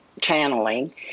channeling